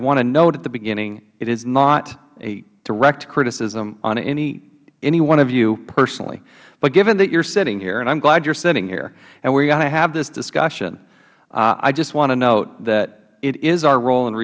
want to note at the beginning it is not a direct criticism on any one of you personally but given that you are sitting here and i am glad you are sitting here and we are going to have this discussion i just want to note that it is our role and